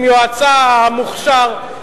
עם יועצה המוכשר,